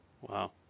Wow